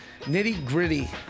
Nitty-gritty